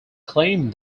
claimed